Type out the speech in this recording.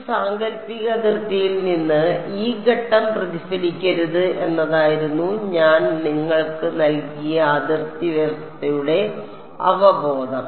ഈ സാങ്കൽപ്പിക അതിർത്തിയിൽ നിന്ന് ഈ ഘട്ടം പ്രതിഫലിക്കരുത് എന്നതായിരുന്നു ഞാൻ നിങ്ങൾക്ക് നൽകിയ അതിർത്തി വ്യവസ്ഥയുടെ അവബോധം